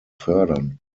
fördern